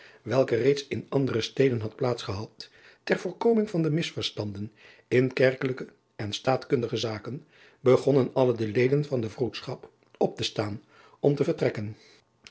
welke reeds in andere steden had plaats gehad ter voorkoming van de misverstanden in kerkelijke en staatkundige zaken begonnen alle de eden van de roedschap op te staan om te vertrekken